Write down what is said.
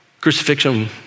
Crucifixion